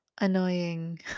annoying